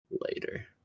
later